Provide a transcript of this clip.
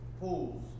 pools